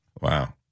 Wow